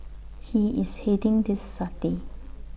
he is heading this study